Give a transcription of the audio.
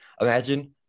Imagine